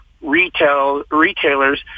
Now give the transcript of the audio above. retailers